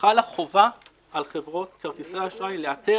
חלה חובה על חברות כרטיסי האשראי לאתר